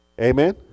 Amen